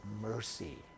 mercy